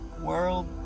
world